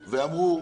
ואמרו: